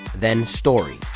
then story.